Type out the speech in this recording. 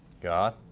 God